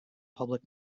public